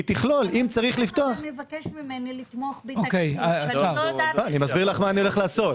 אתה מבקש ממני לתמוך בתקציב שלא ברור מה התוכניות לביצועו,